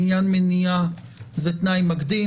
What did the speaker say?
בעניין מניעה זה תנאי מקדים.